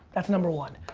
that's number one.